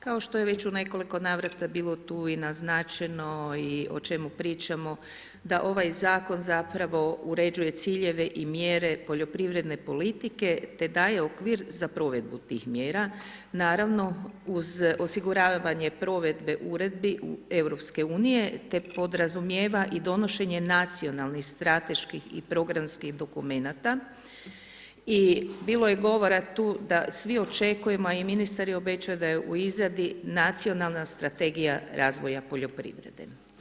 Kao što je već u nekoliko navrata bilo tu i naznačeno i o čemu pričamo da ovaj zakon zapravo uređuje ciljeve i mjere poljoprivredne politike te daje okvir za provedbu tih mjera, naravno uz osiguravanje provedbe uredbi EU te podrazumijeva i donošenje nacionalnih strateških i programskih dokumenata i bilo je govora tu da svi očekujemo a i ministar je obećao da je u izradi Nacionalna strategija razvoja poljoprivrede.